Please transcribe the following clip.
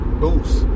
boost